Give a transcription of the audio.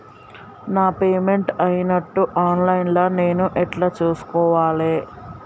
నా పేమెంట్ అయినట్టు online లా నేను ఎట్ల చూస్కోవాలే?